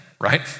right